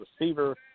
receiver